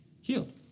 Healed